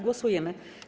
Głosujemy.